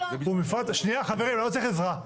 שנייה חברים, אני לא צריך עזרה.